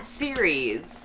series